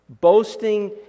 boasting